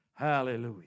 Hallelujah